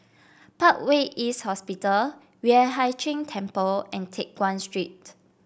Parkway East Hospital Yueh Hai Ching Temple and Teck Guan Street